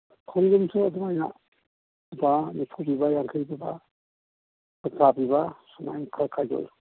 ꯈꯣꯡꯗ꯭ꯔꯨꯝꯁꯨ ꯑꯗꯨꯃꯥꯏꯅ ꯂꯨꯄꯥ ꯅꯤꯐꯨ ꯄꯤꯕ ꯌꯥꯡꯈꯩ ꯄꯤꯕ ꯀꯨꯟꯊ꯭ꯔꯥ ꯄꯤꯕ ꯁꯨꯃꯥꯏꯅ ꯈꯔ ꯈꯥꯏꯗꯣꯛꯏ